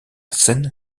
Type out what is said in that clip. scène